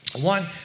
One